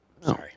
Sorry